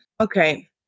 okay